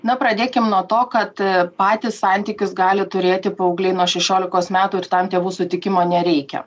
na pradėkim nuo to kad patys santykius gali turėti paaugliai nuo šešiolikos metų ir tam tėvų sutikimo nereikia